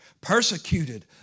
Persecuted